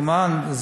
כמובן,